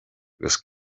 agus